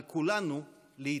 על כולנו להתאחד.